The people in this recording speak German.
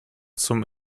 zum